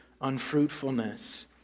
unfruitfulness